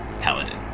Paladin